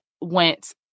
went